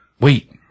wait